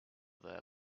there